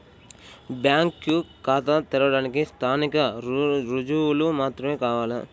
Bank ఖాతా తెరవడానికి స్థానిక రుజువులు మాత్రమే కావాలా?